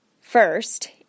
first